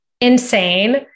insane